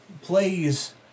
plays